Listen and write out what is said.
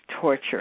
torture